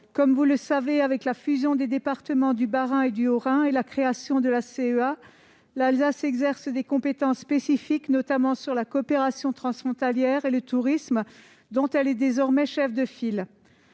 Vous le savez, depuis la fusion des départements du Bas-Rhin et du Haut-Rhin et la création de la CEA, l'Alsace exerce des compétences spécifiques, notamment pour ce qui concerne la coopération transfrontalière et le tourisme, dont elle est désormais chef de file.